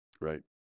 right